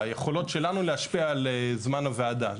ביכולות שלנו להשפיע על זמן הוועדה,